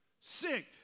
Sick